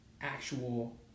actual